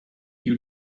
you